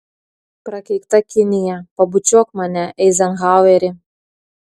prakeikta kinija pabučiuok mane eizenhaueri